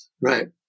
Right